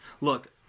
Look